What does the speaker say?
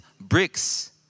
bricks